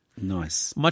Nice